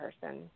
person